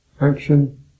Action